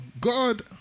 God